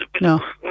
No